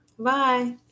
Bye